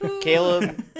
Caleb